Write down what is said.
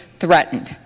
threatened